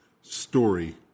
Story